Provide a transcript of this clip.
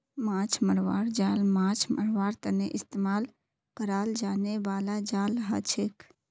माछ मरवार जाल माछ मरवार तने इस्तेमाल कराल जाने बाला जाल हछेक